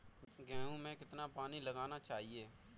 गेहूँ में कितना पानी लगाना चाहिए?